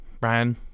Brian